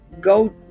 go